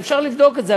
ואפשר לבדוק את זה.